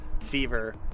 fever